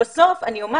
בסוף אני אומר